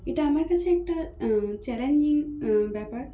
এটা আমার কাছে একটা চ্যালেঞ্জিং ব্যাপার